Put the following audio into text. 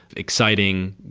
exciting,